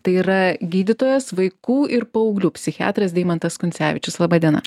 tai yra gydytojas vaikų ir paauglių psichiatras deimantas kuncevičius laba diena